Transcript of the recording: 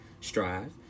strive